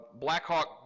Blackhawk